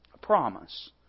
Promise